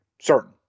Certain